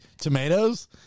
tomatoes